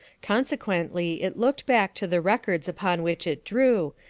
consequently it looked back to the records upon which it drew,